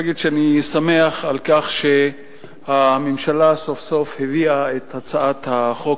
אני רוצה להגיד שאני שמח על כך שהממשלה סוף-סוף הביאה את הצעת החוק